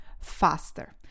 faster